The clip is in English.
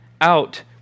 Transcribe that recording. out